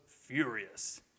furious